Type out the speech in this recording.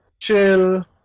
chill